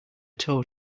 tow